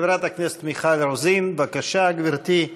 חברת הכנסת מיכל רוזין, בבקשה, גברתי,